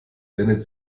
wendet